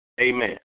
Amen